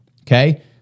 okay